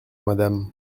madame